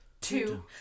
two